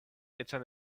etan